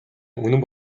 үнэн